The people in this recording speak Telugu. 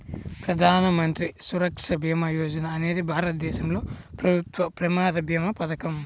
ప్రధాన మంత్రి సురక్ష భీమా యోజన అనేది భారతదేశంలో ప్రభుత్వ ప్రమాద భీమా పథకం